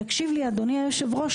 תקשיב לי אדוני יושב הראש,